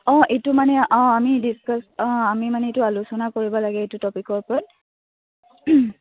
অঁ এইটো মানে অঁ আমি ডিচকাছ অঁ আমি মানে এইটো আলোচনা কৰিব লাগে এইটো টপিকৰ ওপৰত